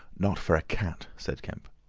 not for a cat, said kemp.